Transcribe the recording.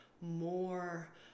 more